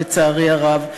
לצערי הרב,